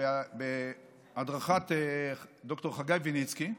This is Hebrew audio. בהדרכת ד"ר חגי ויניצקי,